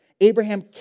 Abraham